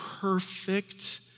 perfect